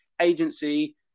agency